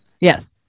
Yes